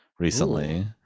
recently